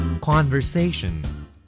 conversation